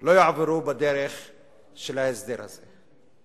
לא יעברו בדרך של ההסדר הזה.